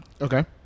Okay